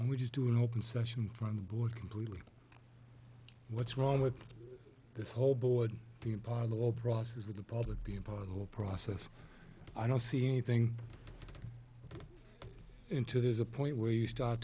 is do an open session on the board completely what's wrong with this whole board being part of the whole process with the public being part of the whole process i don't see anything into there's a point where you start